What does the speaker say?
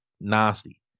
nasty